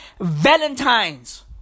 Valentine's